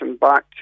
back